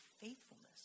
faithfulness